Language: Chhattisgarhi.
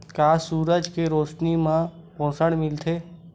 का सूरज के रोशनी म पोषण मिलथे?